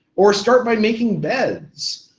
or start by making beds,